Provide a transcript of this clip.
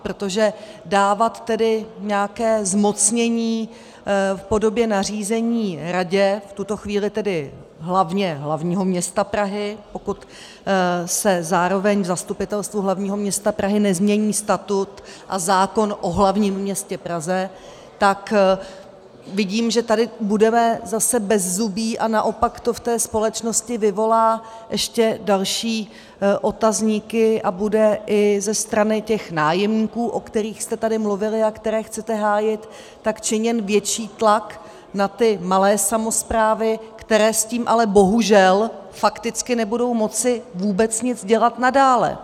Protože dávat tedy nějaké zmocnění v podobě nařízení radě, v tuto chvíli tedy hlavně hlavního města Prahy, pokud se zároveň Zastupitelstvu hlavního města Prahy nezmění statut a zákon o hlavním městě Praze, tak vidím, že tady budeme zase bezzubí, a naopak to v té společnosti vyvolá ještě další otazníky a bude i ze strany těch nájemníků, o kterých jste tady mluvili a které chcete hájit, činěn větší tlak na ty malé samosprávy, které s tím ale bohužel fakticky nebudou moci vůbec nic dělat nadále.